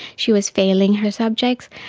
she was failing her subjects,